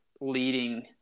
leading